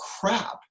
crap